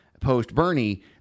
post-Bernie